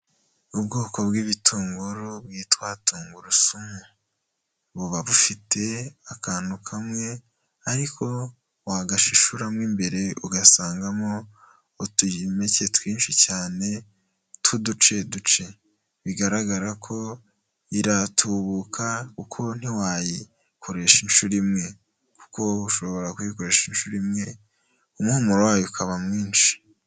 Ubwoko bw'ibitunguru bwitwa tungurusumu buba bufite akantu kamwe ariko wagashishura mo imbere ugasangamo utuyimpeke twinshi cyane tw'uduce duce, bigaragara ko iratubuka kuko ntiwayikoresha inshuro imwe kuko ushobora kuyikoresha inshuro zirenze imwe umumumaro wayo ukaba mwinshi.